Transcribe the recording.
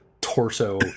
torso